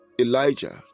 Elijah